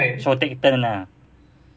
so take turn ah